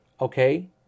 okay